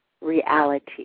reality